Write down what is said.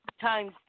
times